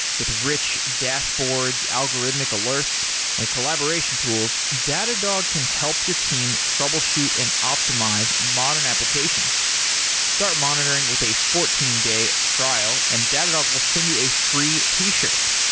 with rich dashboards, algorithmic alerts and collaboration tools, datadog can help your team troubleshoot and optimize modern applications start monitoring with a fourteen day trial and datadog will send you a free t-shirt.